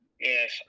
Yes